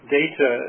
data